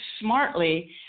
smartly